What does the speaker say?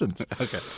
Okay